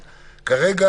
קארין,